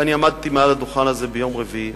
ואני עמדתי על הדוכן הזה ביום רביעי,